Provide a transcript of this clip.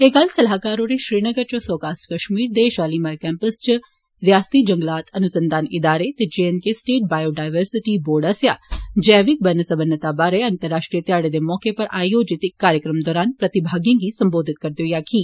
एह् गल्ल सलाह्कार होरें श्रीनगर च स्कास्ट कश्मीर दे शालीमार कैंपस च रिआसती जंगलात अनुसंघान इदारे ते जेएंडके स्टेट बायोडिवर्सिटी बोर्ड आस्सेआ जैविक वन्नसबनता बारे अंतर्राश्ट्रीय ध्याड़े दे मौके उप्पर आयोजत इक कार्यक्रम दरान प्रतिभागिएं गी संबोधत करदे होई आक्खी